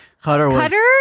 Cutter